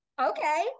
okay